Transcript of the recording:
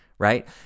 Right